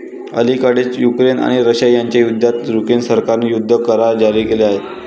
अलिकडेच युक्रेन आणि रशिया यांच्यातील युद्धात युक्रेन सरकारने युद्ध करार जारी केले आहेत